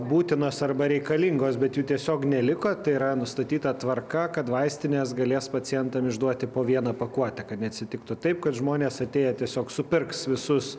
būtinos arba reikalingos bet jų tiesiog neliko tai yra nustatyta tvarka kad vaistinės galės pacientam išduoti po vieną pakuotę kad neatsitiktų taip kad žmonės atėję tiesiog supirks visus